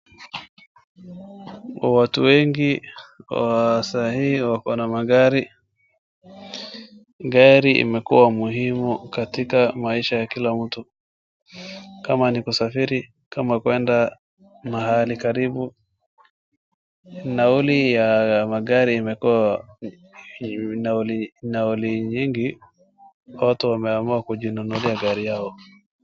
Watu wengi Wa sahii wako na magari, gari imekua muhimu katika maisha ya kila mtu. Kama Ni kusafiri kama kwenda mahali karibu. Nauli ya magari imekuwa ni nauli nyingi watu wameamua kujinunulia gari yao.